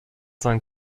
sein